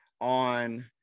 on